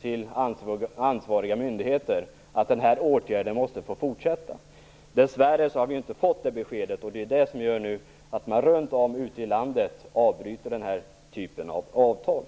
till ansvariga myndigheter att den här åtgärden måste få fortsätta. Dess värre har vi inte fått ett sådant besked, och det är därför man nu runt om i landet avbryter den här typen av avtal.